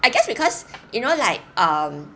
I guess because you know like um